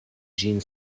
ĝin